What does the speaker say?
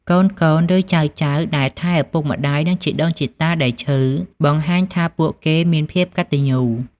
កូនៗ ឬ ចៅៗដែលថែឪពុកម្ដាយ និងជីដូនជិតាដែលឈឺបង្ហាញថាពួកគេមានភាពកត្តញ្ញូ។